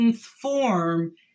form